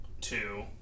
Two